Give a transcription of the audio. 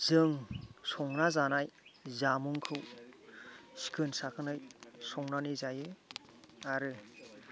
जों संना जानाय जामुंखौ सिखोन साखोनै संनानै जायो आरो